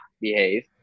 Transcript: behave